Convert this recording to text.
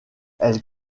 elle